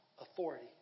authority